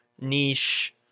niche